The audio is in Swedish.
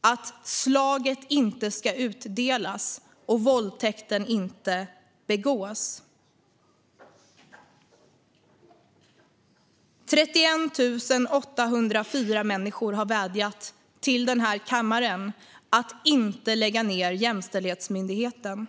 att slaget inte ska utdelas och våldtäkten inte begås. 31 804 människor har vädjat till denna kammare att inte lägga ned Jämställdhetsmyndigheten.